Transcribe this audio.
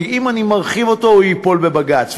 כי אם אני מרחיב אותו הוא ייפול בבג"ץ.